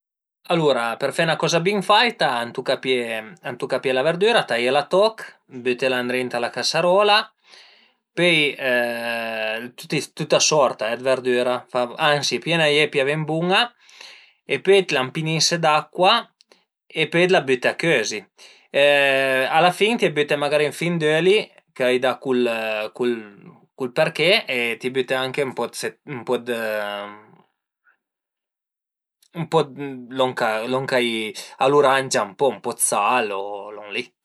Alura për fe 'na coza bin faita a tuca pìé a tuca pìé la verdüra, taiela a toch, bütela ëndrinta a la casarola, pöi tüta sorta dë verdüra, ansi pi a n'a ie pi a ven bun-a e pöi t'la ëmpinise d'acua e pöi t'la büte a cözi, a la fin t'ie büte magari ën fil d'öli ch'a i da cul cul cul përché e t'ie büte anche ën po de set ën po de lon ch'a lu rangia ën po, ën po dë sal o lon li